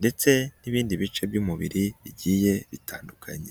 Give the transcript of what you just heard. ndetse n'ibindi bice by'umubiri bigiye bitandukanye.